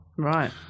Right